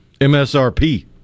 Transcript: MSRP